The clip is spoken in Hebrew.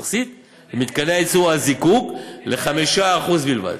התכסית למתקני הייצור או הזיקוק ל-%5 בלבד,